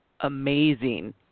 amazing